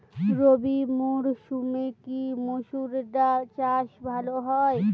রবি মরসুমে কি মসুর ডাল চাষ ভালো হয়?